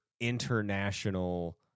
International